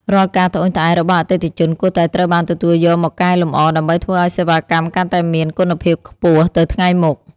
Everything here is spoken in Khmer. រាល់ការត្អូញត្អែររបស់អតិថិជនគួរតែត្រូវបានទទួលយកមកកែលម្អដើម្បីធ្វើឱ្យសេវាកម្មកាន់តែមានគុណភាពខ្ពស់ទៅថ្ងៃមុខ។